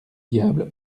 diable